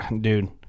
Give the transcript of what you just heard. dude